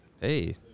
hey